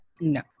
no